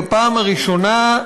בפעם הראשונה,